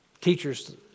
Teachers